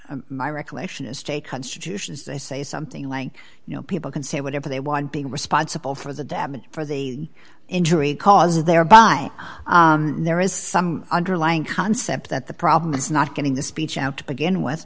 even my recollection is j constitutions they say something like you know people can say whatever they want being responsible for the damage for the injury cause thereby there is some underlying concept that the problem is not getting the speech out to begin with